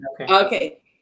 okay